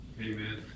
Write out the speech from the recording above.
Amen